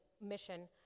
mission